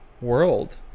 world